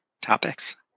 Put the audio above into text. topics